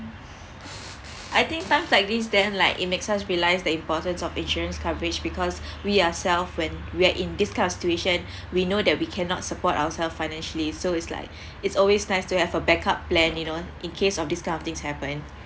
I think times like this then like it makes us realised the importance of insurance coverage because we ourselves when we are in this kind of situation we know that we cannot support ourselves financially so it's like it's always nice to have a backup plan you know in case of this kind of things happen